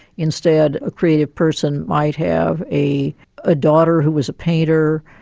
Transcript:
instead a creative person might have a a daughter who was a painter,